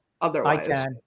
Otherwise